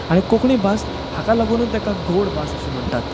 आनी कोंकणी भास हाका लागुनूच ताका गोड भास अशें म्हणटात